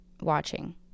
watching